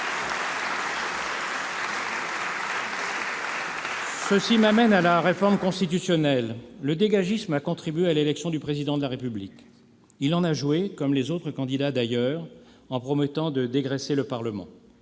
Cela m'amène à la réforme constitutionnelle. Le dégagisme a contribué à l'élection du Président de la République. Il en a joué, comme les autres candidats d'ailleurs, en promettant de dégraisser le Parlement-